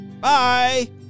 Bye